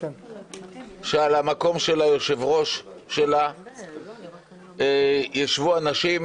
ראויה שעל המקום של היושב-ראש שלה ישבו אנשים